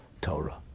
torah